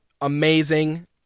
amazing